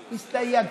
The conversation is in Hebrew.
הסתייגתי.